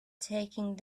taking